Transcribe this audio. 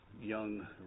young